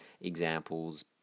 examples